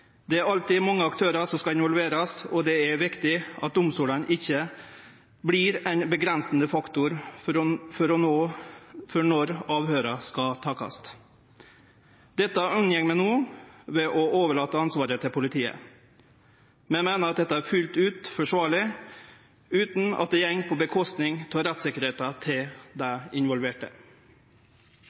Det er alltid mange aktørar som skal involverast, og det er viktig at domstolane ikkje vert ein avgrensande faktor for når avhøyra skal takast. Dette unngår vi no ved å overlate ansvaret til politiet. Vi meiner at dette fullt ut er forsvarleg utan at det går ut over rettssikkerheita til dei involverte.